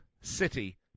City